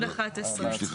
11.